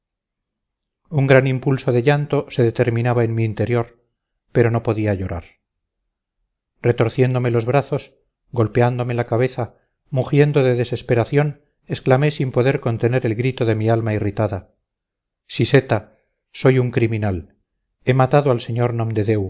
un gran impulso de llanto se determinaba en mi interior pero no podía llorar retorciéndome los brazos golpeándome la cabeza mugiendo de desesperación exclamé sin poder contener el grito de mi alma irritada siseta soy un criminal he matado al sr